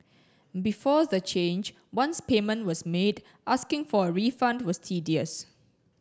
before the change once payment was made asking for a refund was tedious